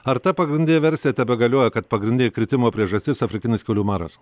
ar ta pagrindinė versija tebegalioja kad pagrindinė kritimo priežastis afrikinis kiaulių maras